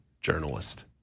journalist